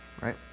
Right